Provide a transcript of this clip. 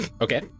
Okay